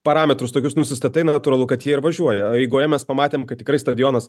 parametrus tokius nusistatai natūralu kad jie ir važiuoja o eigoj mes pamatėm kad tikrai stadionas